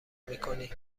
میکنی